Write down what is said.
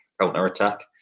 counter-attack